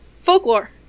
Folklore